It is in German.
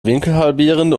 winkelhalbierende